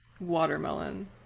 watermelon